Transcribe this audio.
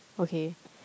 okay